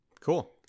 Cool